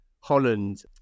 Holland